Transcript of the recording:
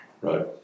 right